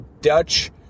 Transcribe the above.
Dutch